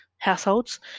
households